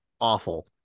awful